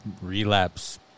relapse